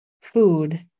food